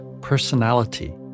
personality